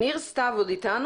ניר סתיו עוד אתנו?